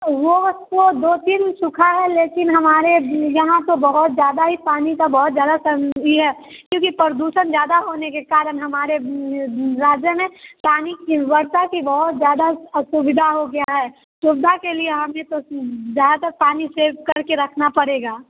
वह वह दो तीन सूखा है लेकिन हमारे यहाँ तो बहुत ज़्यादा ही पानी का बहुत ज़्यादा सन यह है क्योंकि प्रदूषण ज्यादा होने के कारण हमारे राज्य में पानी की वर्षा की बहुत ज़्यादा असुविधा हो गई है सुविधा के लिए हमें तो ज़्यादातर पानी सेव करके रखना पड़ेगा